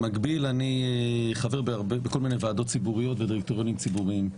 במקביל אני חבר בכל מיני ועדות ציבוריות ודירקטוריונים ציבוריים.